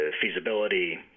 feasibility